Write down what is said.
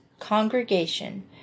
congregation